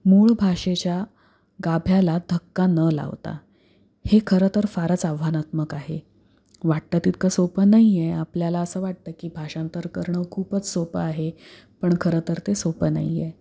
मूळ भाषेच्या गाभ्याला धक्का न लावता हे खरं तर फारच आव्हानात्मक आहे वाटतं तितकं सोपं नाही आहे आपल्याला असं वाटतं की भाषांतर करणं खूपच सोपं आहे पण खरं तर ते सोपं नाही आहे